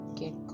get